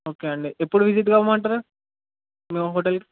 okay అండి ఎప్పుడు visit కమ్మంటారు మీ హోటల్